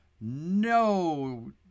no